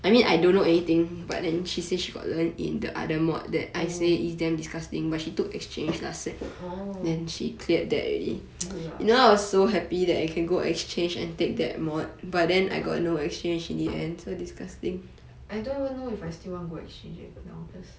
oh orh good lah I don't even know if I still want to go exchange eh in august